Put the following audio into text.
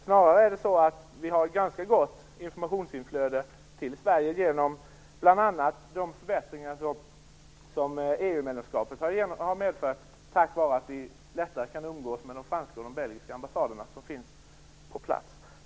Snarare har vi ett ganska gott informationsinflöde till Sverige genom bl.a. de förbättringar som EU-medlemskapet har medfört, tack vare att vi lättare kan umgås med de franska och belgiska ambassaderna, som finns på plats.